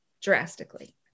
drastically